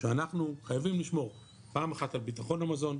שאנחנו חייבים לשמור פעם אחת על בטחון המזון,